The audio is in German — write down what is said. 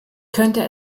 könnte